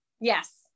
Yes